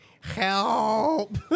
Help